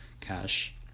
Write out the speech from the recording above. cash